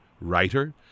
writer